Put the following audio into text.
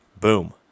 boom